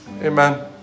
Amen